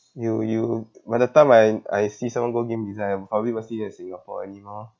you you when the time I I see someone go game design I probably won't see that in singapore anymore